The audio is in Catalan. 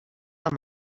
amb